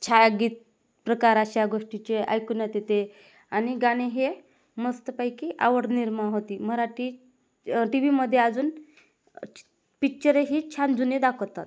छायागीत प्रकार अशा गोष्टीचे ऐकवण्यात येते आणि गाणे हे मस्तपैकी आवड निर्माण होती मराठी टी व्हीमध्ये अजून पिच्चरही छान जुने दाखवतात